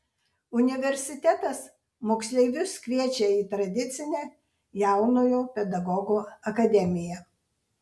universitetas moksleivius kviečia į tradicinę jaunojo pedagogo akademiją